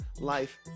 life